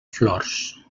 flors